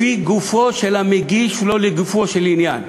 לגופו של המגיש ולא לגופו של עניין.